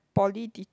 poly teacher